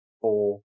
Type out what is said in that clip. four